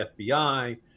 FBI